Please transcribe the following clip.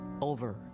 Over